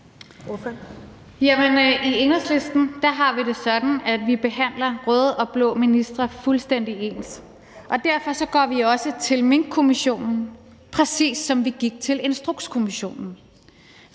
i Enhedslisten har vi det sådan, at vi behandler røde og blå ministre fuldstændig ens, og derfor går vi også til Minkkommissionen, præcis som vi gik til Instrukskommissionen.